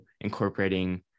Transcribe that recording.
incorporating